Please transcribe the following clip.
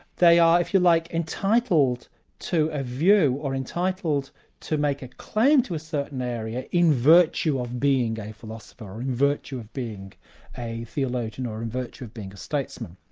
they are, if you like, entitled to a view, or entitled to make a claim to a certain area in virtue of being a philosopher, or in virtue of being a theologian, or in virtue of being a statesman,